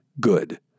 good